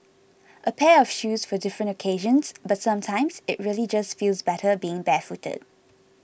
a pair of shoes for different occasions but sometimes it really just feels better being barefooted